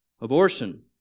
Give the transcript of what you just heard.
Abortion